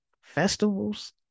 festivals